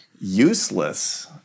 useless